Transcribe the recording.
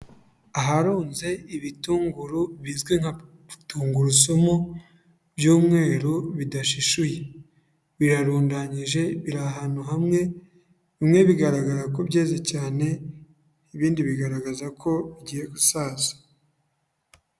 Aharunze ibitunguru bizwi nka tungurusumu by'umweru bidashushuye, birarundanyije, biri ahantu hamwe. Bimwe bigaragara ko byeze cyane, ibindi bigaragaza ko bigiye gusaza.